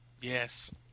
Yes